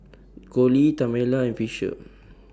Colie Tamela and Fisher